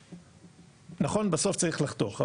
נכון, בסוף צריך לחתוך.